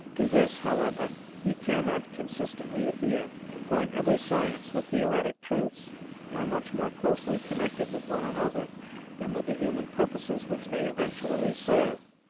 to this, however, he cannot consistently adhere for, in every science, the theoretic truths are much more closely connected with one another than with the human purposes which they eventually serve,